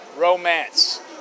romance